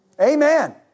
Amen